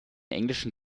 englischen